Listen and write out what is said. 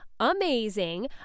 amazing